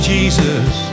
Jesus